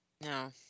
No